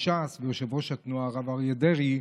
ש"ס ויושב-ראש התנועה הרב אריה דרעי,